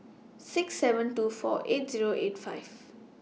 six seven two four eight Zero eight five